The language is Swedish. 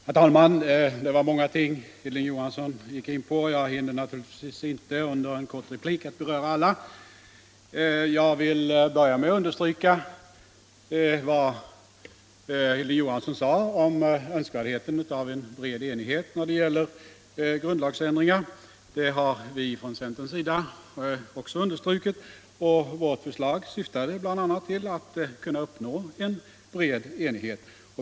Herr talman! Herr Johansson i Trollhättan gick in på många olika frågor, och jag hinner naturligtvis inte i en kort replik beröra dem alla. Men jag börjar med att understryka vad herr Johansson sade om önskvärdheten av bred enighet när det gäller grundlagsändringar. Det har vi från centerns sida också ständigt betonat. Vårt förslag syftar bl.a. till att kunna uppnå en sådan bred enighet.